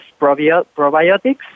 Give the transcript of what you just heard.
probiotics